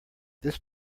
this